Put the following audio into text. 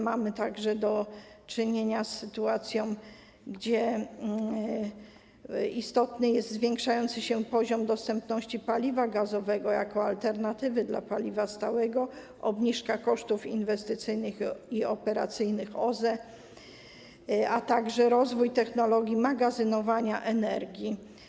Mamy także do czynienia z sytuacją, w której istotne są zwiększający się poziom dostępności paliwa gazowego jako alternatywy dla paliwa stałego, obniżka kosztów inwestycyjnych i operacyjnych OZE, a także rozwój technologii magazynowania energii.